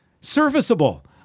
serviceable